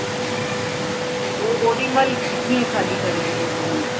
हम्म उहो ओॾी महिल कीअं ख़ाली करे ॾिबो तुरंत